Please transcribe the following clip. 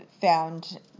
found